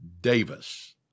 Davis